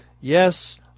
yes